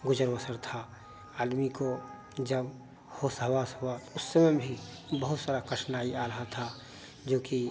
गुज़र बसर थी आदमी को जब होश हवास हुआ उस समय भी बहुत सारी कठिनाई आ रही थी जोकि